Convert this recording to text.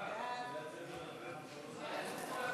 סעיפים 1 4